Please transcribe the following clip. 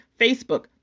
Facebook